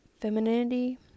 Femininity